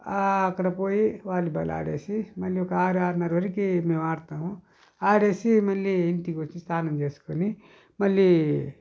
అక్కడ పోయి వాలీబాల్ ఆడేసి మళ్లీ ఒక ఆరు ఆరున్నర వరకి మేము ఆడుతాము ఆడేసి మళ్లీ ఇంటికి వచ్చి స్నానం చేసుకుని మళ్లీ